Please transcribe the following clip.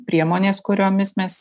priemonės kuriomis mes